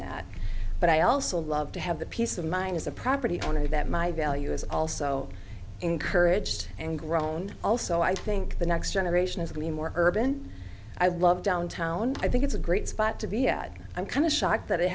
that but i also love to have the peace of mind as a property owner that my value is also encouraged and grown also i think the next generation is the more urban i love downtown i think it's a great spot to be had i'm kind of shocked that it